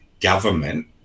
government